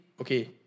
okay